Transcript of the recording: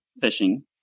fishing